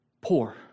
poor